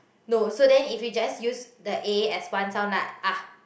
no so then if you just use the A as one sound like ah